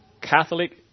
Catholic